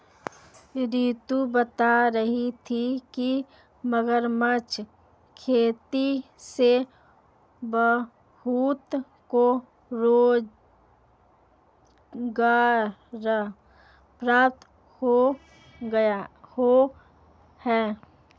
रितु बता रही थी कि मगरमच्छ खेती से बहुतों को रोजगार प्राप्त हुआ है